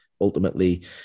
Ultimately